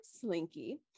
slinky